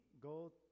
go